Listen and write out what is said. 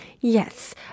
Yes